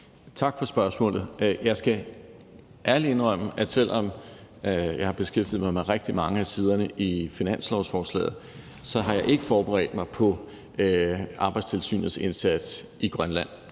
Tak for spørgsmålet. Jeg skal ærligt indrømme, at jeg, selv om jeg har beskæftiget mig med rigtig mange af siderne i finanslovsforslaget, ikke har forberedt mig på Arbejdstilsynets indsats i Grønland.